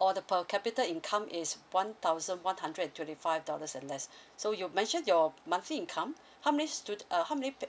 or the per capita income is one thousand one hundred and twenty five dollars and less so you mentioned your monthly income how many stud~ uh how many pe~